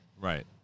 Right